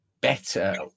better